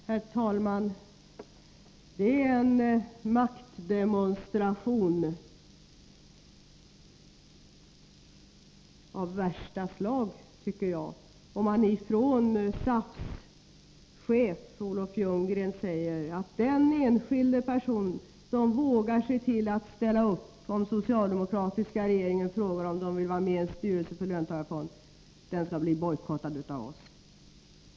Herr talman! Det är en maktdemonstration av värsta slag, tycker jag, om SAF:s chef Olof Ljunggren säger att den enskilde person som vågar ställa upp om den socialdemokratiska regeringen frågar om vederbörande vill vara med i en styrelse för en löntagarfond skall bojkottas av SAF.